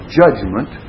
judgment